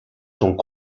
sont